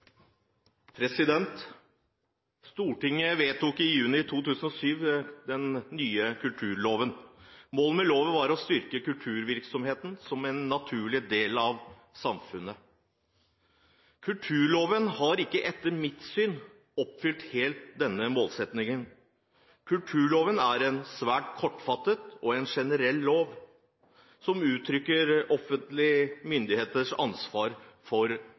vedtatt. Stortinget vedtok i juni 2007 den nye kulturloven. Målet med loven var å styrke kulturvirksomheten som en naturlig del av samfunnet. Kulturloven har etter mitt syn ikke helt oppfylt denne målsettingen. Kulturloven er en svært kortfattet og generell lov, som uttrykker offentlige myndigheters ansvar for